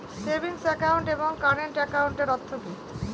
Savings account এবং current একাউন্টের অর্থ কি?